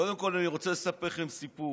קודם כול, אני רוצה לספר לכם סיפור.